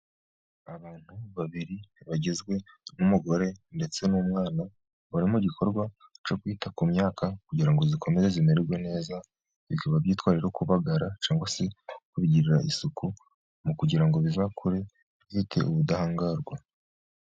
Abantu babiri bagizwe n'umugore ndetse n'umwana, bari mu gikorwa cyo kwita ku myaka kugira ngo zikomeze zimererwe neza, bikaba byitwa kubagara cyangwa se kubigirira isuku mu kugira ngo bizakure bifite ubudahangarwa.